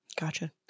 Gotcha